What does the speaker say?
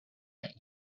that